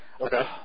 Okay